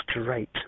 straight